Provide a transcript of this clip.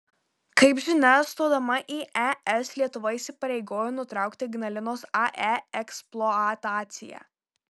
kaip žinia stodama į es lietuva įsipareigojo nutraukti ignalinos ae eksploataciją